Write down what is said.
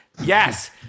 Yes